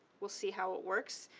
we'll see how it works.